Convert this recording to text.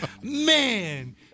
Man